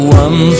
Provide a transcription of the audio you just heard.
one